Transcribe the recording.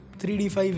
3d5